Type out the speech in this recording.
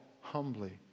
humbly